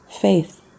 faith